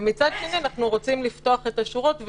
מצד שני, אנחנו רוצים לפתוח את השורות.